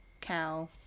cow